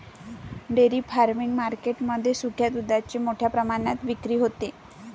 dairy farming market मध्ये सुक्या दुधाची मोठ्या प्रमाणात विक्री होते